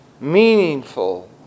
meaningful